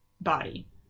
body